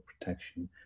protection